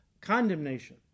condemnation